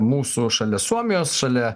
mūsų šalia suomijos šalia